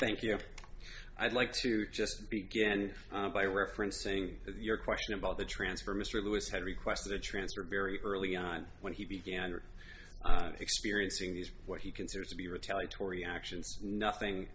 thank you i'd like to just began by referencing your question about the transfer mr lewis had requested a transfer very early on when he began experiencing these what he considers to be retaliatory actions nothing